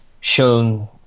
shown